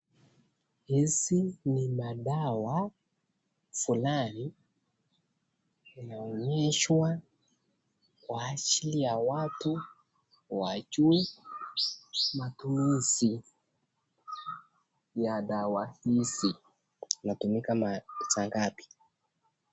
Hizi ni madawa zinazo, zinaonyeshwa kwa ajili ya watu wajue matumizi ya dawa hizi zinatumika saa ngapi.